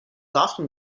often